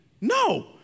No